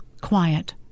quiet